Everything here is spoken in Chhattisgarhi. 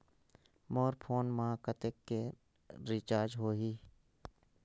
मोर फोन मा कतेक कर रिचार्ज हो ही?